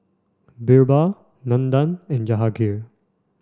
Birbal Nandan and Jahangir